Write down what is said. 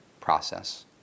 process